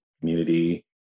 community